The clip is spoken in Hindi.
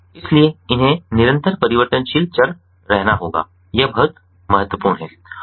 इसलिए उन्हें निरंतर परिवर्तनशील चर रहना होगा यह बहुत महत्वपूर्ण है